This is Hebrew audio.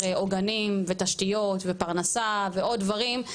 גם עוגנים ותשתיות ופרנסה ועוד דברים,